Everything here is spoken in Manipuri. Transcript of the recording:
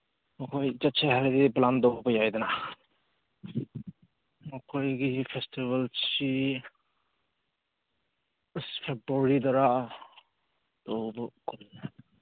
ꯑꯩꯈꯣꯏ ꯆꯠꯁꯦ ꯍꯥꯏꯔꯗꯤ ꯄ꯭ꯂꯥꯟ ꯇꯧꯕ ꯌꯥꯏꯗꯅ ꯃꯈꯣꯏꯒꯤ ꯐꯦꯁꯇꯤꯚꯦꯜꯁꯤ ꯑꯁ ꯐꯦꯕ꯭ꯋꯥꯔꯤꯗꯔꯥ ꯇꯧꯕꯒꯨꯝꯅ